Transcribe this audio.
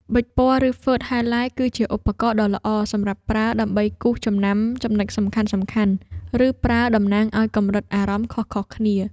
ប៊ិចពណ៌ ឬហ្វឺតហាយឡាយ គឺជាឧបករណ៍ដ៏ល្អសម្រាប់ប្រើដើម្បីគូសចំណាំចំណុចសំខាន់ៗ ឬប្រើតំណាងឱ្យកម្រិតអារម្មណ៍ខុសៗគ្នា។